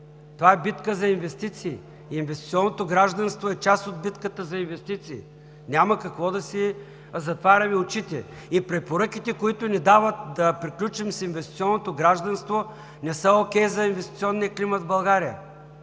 това е битка за инвестиции! Инвестиционното гражданство е част от битката за инвестиции. Няма какво да си затваряме очите. И препоръките, които ни дават да приключим с инвестиционното гражданство, не са добре за инвестиционния климат в България.